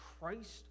Christ